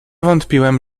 wątpiłem